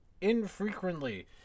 infrequently